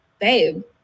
babe